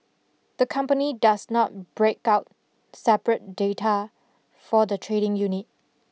the company does not break out separate data for the trading unit